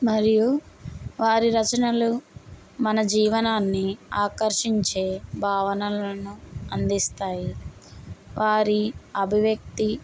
మరియు వారి రచనలు మన జీవనాన్ని ఆకర్షించే భావనలను అందిస్తాయి వారి అభివ్యక్తి